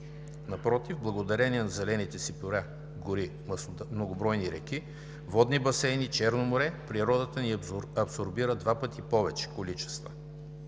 напротив, благодарение на зелените си гори, многобройни реки, водни басейни, Черно море – природата ни абсорбира два пъти повече количества.